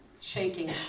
shaking